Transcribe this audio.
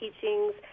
teachings